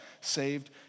saved